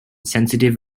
sensitive